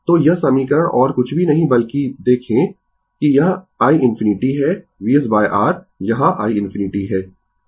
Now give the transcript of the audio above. तो यह समीकरण और कुछ भी नहीं बल्कि देखें कि यह iinfinity है VsR यहां iinfinity है